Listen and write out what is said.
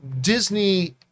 Disney